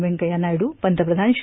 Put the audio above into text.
वेंकय्या नायडू पंतप्रधान श्री